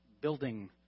building